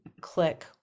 click